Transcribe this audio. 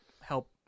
help